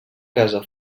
casa